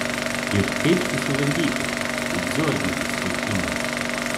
ir kaip susivaldyti kai dziorgintis taip ima